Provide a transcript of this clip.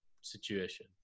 situation